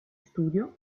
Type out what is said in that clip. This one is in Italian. studio